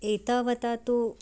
एतावता तु